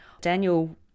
Daniel